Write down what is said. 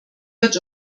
wird